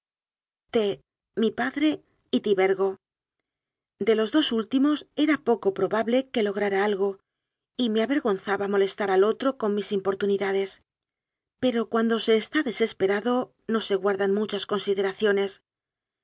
mi padre y tibergo de los dos últimos era poco probable que lograra algo y me avergonzaba molestar al otro con mis im portunidades pero cuando se está desesperado ao se guardan muchas consideraciones